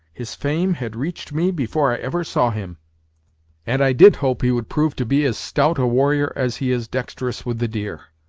his fame had reached me before i ever saw him and i did hope he would prove to be as stout a warrior as he is dexterous with the deer.